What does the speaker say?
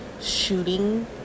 shooting